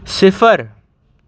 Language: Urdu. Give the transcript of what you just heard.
صفر